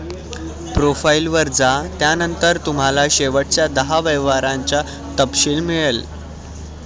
profile वर जा, त्यानंतर तुम्हाला शेवटच्या दहा व्यवहारांचा तपशील मिळेल